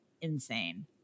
insane